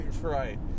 Right